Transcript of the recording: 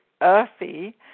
earthy